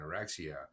anorexia